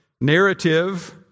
narrative